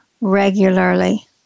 regularly